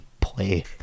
play